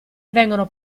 vengono